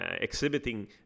exhibiting